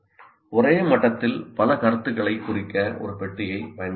ஒரே மட்டத்தில் பல கருத்துக்களைக் குறிக்க ஒரு பெட்டியைப் பயன்படுத்தலாம்